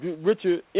Richard